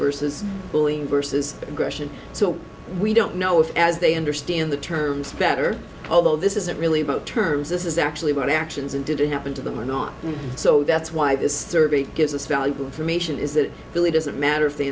versus bullying versus aggression so we don't know if as they understand the terms better although this isn't really about terms this is actually what actions and didn't happen to them or not so that's why this survey gives us valuable information is that it really doesn't